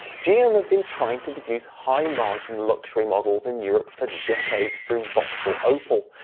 gm had been trying to produce high margin luxury models in europe for decades through vauxhall opel,